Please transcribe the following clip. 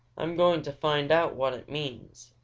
i'm going to find out what it means,